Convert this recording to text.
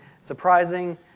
surprising